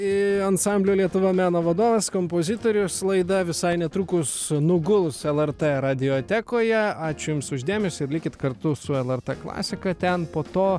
i ansamblio lietuva meno vadovas kompozitorius laida visai netrukus nuguls lrt radiotekoje ačiū jums už dėmesį ir likit kartu su lrt klasika ten po to